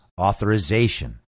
authorization